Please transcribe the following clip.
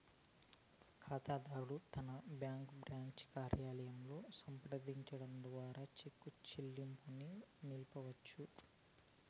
కాతాదారుడు తన bank branch కార్యాలయంలో సంప్రదించడం ద్వారా చెక్కు చెల్లింపుని నిలపొచ్చు